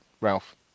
Ralph